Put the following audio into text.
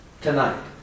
tonight